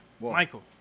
Michael